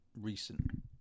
recent